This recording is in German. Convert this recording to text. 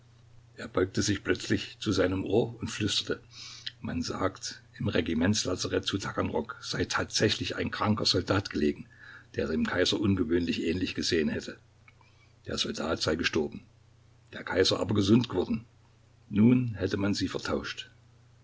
er beugte sich plötzlich zu seinem ohr und flüsterte man sagt im regimentslazarett zu taganrog sei tatsächlich ein kranker soldat gelegen der dem kaiser ungewöhnlich ähnlich gesehen hätte der soldat sei gestorben der kaiser aber gesund geworden nun hätte man sie vertauscht